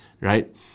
right